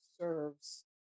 serves